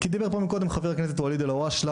כי דיבר פה מקודם חבר הכנסת וואליד אלהואשלה